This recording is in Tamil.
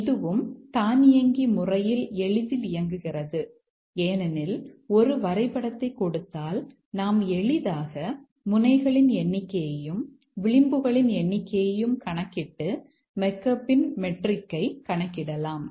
இதுவும் தானியங்கி முறையில் எளிதில் இயங்குகிறது ஏனெனில் ஒரு வரைபடத்தைக் கொடுத்தால் நாம் எளிதாக முனைகளின் எண்ணிக்கையையும் விளிம்புகளின் எண்ணிக்கையையும் கணக்கிட்டு மெக்காபின் மெட்ரிக்கைக் கணக்கிடலாம்